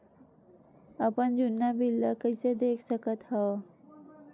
अपन जुन्ना बिल ला कइसे देख सकत हाव?